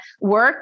work